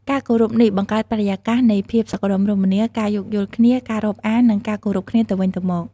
ការគោរពនេះបង្កើតបរិយាកាសនៃភាពសុខដុមរមនា ការយោគយល់គ្នា ការរាប់អាន និងការគោរពគ្នាទៅវិញទៅមក។